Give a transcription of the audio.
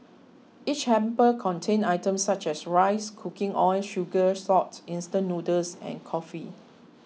each hamper contained items such as rice cooking oil sugar salt instant noodles and coffee